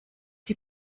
die